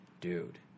dude